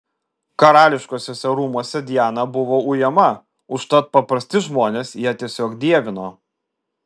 karališkuosiuose rūmuose diana buvo ujama užtat paprasti žmonės ją tiesiog dievino